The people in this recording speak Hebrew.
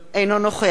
אינו נוכח